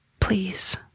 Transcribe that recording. Please